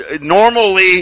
normally